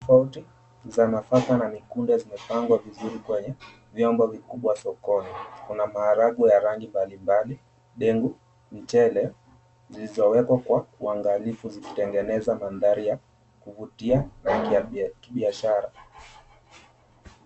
...tofauti za nafaka na mikunde zimepangwa vizuri kwenye vyombo vikubwa sokoni. Kuna maharagwe ya rangi mbalimbali, ndengu, mchele zilizowekwa kwa uangalifu zikitengeneza mandhari ya kuvutia ya kibiashara.